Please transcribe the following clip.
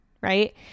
Right